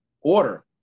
order